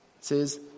says